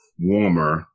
warmer